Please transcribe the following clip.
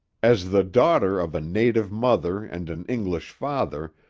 as the daughter of a native mother and an english father,